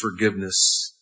forgiveness